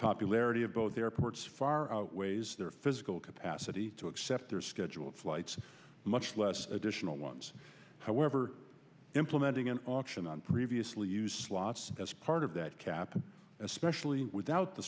popularity of both airports far outweighs their physical capacity to accept their scheduled flights much less additional ones however implementing an option on previously used slots as part of that cap and especially without the